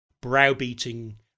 browbeating